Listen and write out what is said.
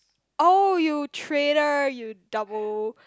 oh you traitor you double